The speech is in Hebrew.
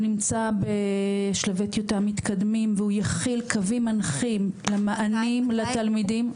הוא נמצא בשלבי טיוטה מתקדמים והוא יכיל קווים מנחים למענים לתלמידים.